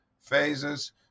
phases